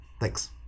Thanks